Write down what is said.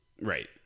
Right